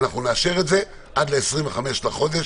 אנחנו נאשר את זה עד ה-25 לחודש,